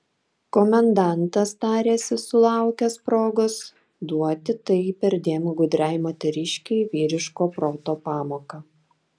komendantas tarėsi sulaukęs progos duoti tai perdėm gudriai moteriškei vyriško proto pamoką